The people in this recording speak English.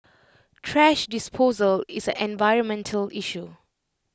thrash disposal is an environmental issue